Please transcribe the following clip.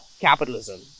capitalism